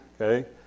okay